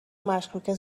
مشکوکه